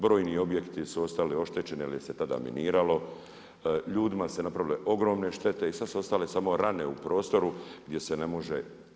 Brojni objekti su ostali oštećeni jer ih se tada eliminiralo, ljudima se napravile ogromne štete i sad su ostale samo rane u prostoru, gdje se ne može.